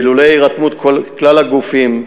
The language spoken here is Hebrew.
ולולא הירתמות כלל הגופים,